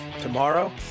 tomorrow